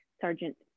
Sergeant